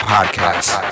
Podcast